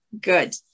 Good